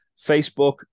Facebook